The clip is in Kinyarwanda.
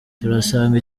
turasanga